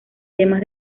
temas